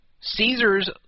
Caesars